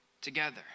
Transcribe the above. together